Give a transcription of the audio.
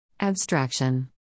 Abstraction